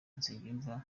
nsengimana